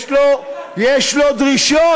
אדון מיקי לוי, יש לו דרישות.